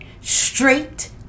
straight